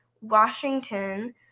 Washington